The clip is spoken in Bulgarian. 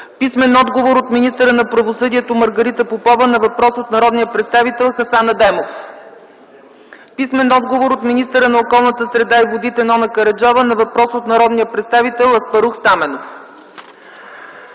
Василев; - от министъра на правосъдието Маргарита Попова на въпрос от народния представител Хасан Адемов; - от министъра на околната среда и водите Нона Караджова на въпрос от народния представител Аспарух Стаменов.